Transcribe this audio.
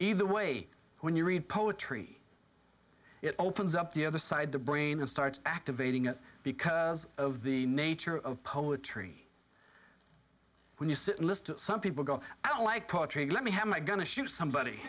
either way when you read poetry it opens up the other side the brain starts activating it because of the nature of poetry when you sit and listen to some people go out like poetry let me have my gun to shoot somebody